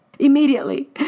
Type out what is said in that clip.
Immediately